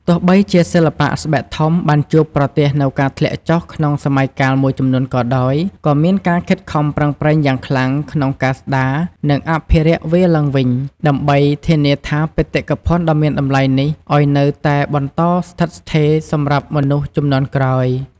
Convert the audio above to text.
ទោះបីជាសិល្បៈស្បែកធំបានជួបប្រទះនូវការធ្លាក់ចុះក្នុងសម័យកាលមួយចំនួនក៏ដោយ ក៏មានការខិតខំប្រឹងប្រែងយ៉ាងខ្លាំងក្នុងការស្ដារ និងអភិរក្សវាឡើងវិញ ដើម្បីធានាថាបេតិកភណ្ឌដ៏មានតម្លៃនេះឲ្យនៅតែបន្តស្ថិតស្ថេរសម្រាប់មនុស្សជំនាន់ក្រោយ។